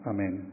Amen